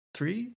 Three